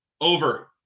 Over